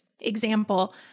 example